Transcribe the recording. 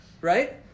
right